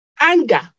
anger